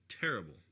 terrible